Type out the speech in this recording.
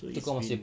so it's in